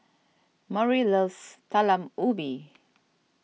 Murry loves Talam Ubi